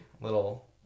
little